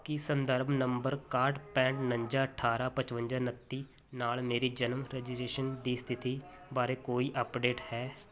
ਕੀ ਸੰਦਰਭ ਨੰਬਰ ਇਕਾਹਠ ਪੈਂਹਠ ਉਣੰਜਾ ਅਠਾਰਾਂ ਪਚਵੰਜਾ ਉਣੱਤੀ ਨਾਲ ਮੇਰੀ ਜਨਮ ਰਜਿਸਟ੍ਰੇਸ਼ਨ ਦੀ ਸਥਿਤੀ ਬਾਰੇ ਕੋਈ ਅਪਡੇਟ ਹੈ